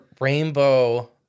rainbow